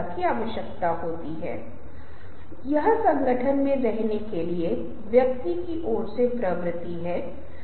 यह जागरूकता कुछ दो वर्षों के अंतराल पर बनी और लगभग 95 प्रतिशत अमेरिकी वास्तव में इस अभियान के बाद जागरूक हुए और दूध प्राप्त किया